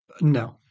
No